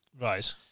Right